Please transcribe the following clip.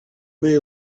may